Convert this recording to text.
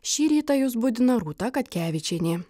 šį rytą jus budina rūta katkevičienė